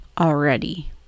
already